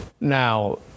now